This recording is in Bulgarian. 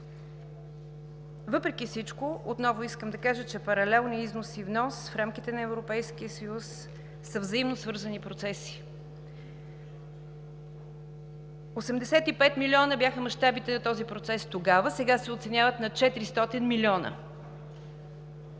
ще намалее“. Отново искам да кажа, че паралелният износ и внос в рамките на Европейския съюз са взаимосвързани процеси. 85 милиона бяха мащабите на този процес тогава, сега се оценяват на 400 милиона.